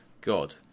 god